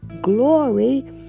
glory